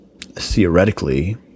theoretically